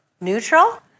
neutral